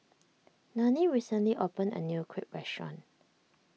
Nanie recently opened a new Crepe restaurant